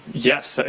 yes.